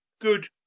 good